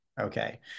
Okay